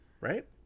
Right